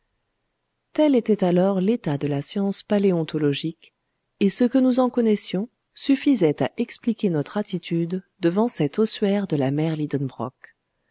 tel était alors l'état de la science paléontologique et ce que nous en connaissions suffisait à expliquer notre attitude devant cet ossuaire de la mer